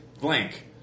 blank